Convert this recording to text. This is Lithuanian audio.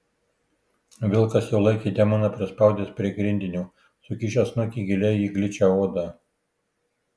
vilkas jau laikė demoną prispaudęs prie grindinio sukišęs snukį giliai į gličią odą